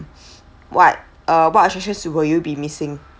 what uh what attractions will you be missing